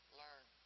learn